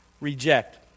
reject